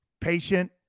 Patient